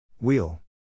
Wheel